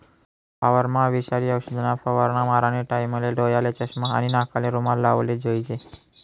वावरमा विषारी औषधना फवारा मारानी टाईमले डोयाले चष्मा आणि नाकले रुमाल लावलेच जोईजे